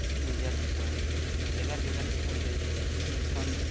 ᱠᱤᱭᱩᱡᱷᱟ ᱫᱤᱥᱚᱢ ᱵᱷᱮᱜᱟᱨ ᱵᱷᱮᱜᱟᱨ ᱫᱤᱥᱚᱢ ᱨᱮ ᱡᱚᱠᱷᱚᱱ